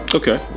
okay